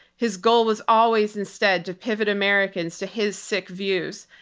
his goal was always instead to pivot americans to his sick views,